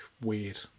weird